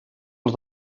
als